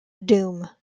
doom